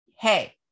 Hey